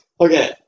Okay